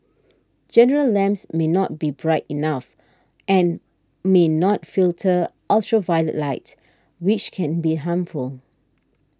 general lamps may not be bright enough and may not filter ultraviolet light which can be harmful